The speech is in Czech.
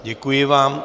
Děkuji vám.